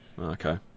Okay